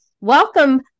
Welcome